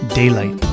daylight